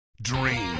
Dream